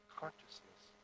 consciousness